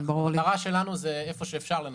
המטרה שלנו היא להקל איפה שאפשר.